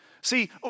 See